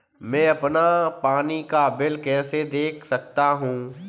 मैं अपना पानी का बिल कैसे देख सकता हूँ?